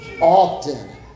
often